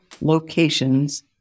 locations